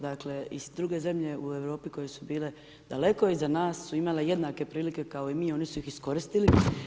Dakle, i druge zemlje u Europi koje su bile daleko iza nas su imale jednake prilike kao i mi i oni su ih iskoristili.